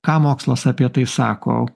ką mokslas apie tai sako